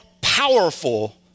powerful